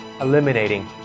eliminating